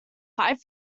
five